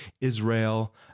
Israel